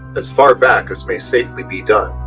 as far back as may safely be done,